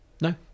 No